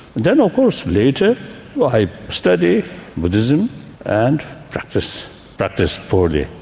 then of course later i study buddhism and practise practise poorly.